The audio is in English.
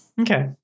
Okay